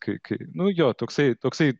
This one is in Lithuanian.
kai kai nu jo toksai toksai